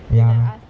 ya